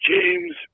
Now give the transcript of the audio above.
James